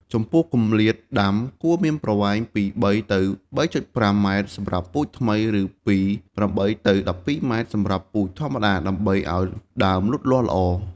ចំពោះគម្លាតដាំ គួរមានប្រវែងពី ៣ ទៅ ៣.៥ ម៉ែត្រសម្រាប់ពូជថ្មី ឬពី ៨ ទៅ ១២ ម៉ែត្រសម្រាប់ពូជធម្មតាដើម្បីឲ្យដើមលូតលាស់ល្អ។